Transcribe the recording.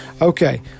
Okay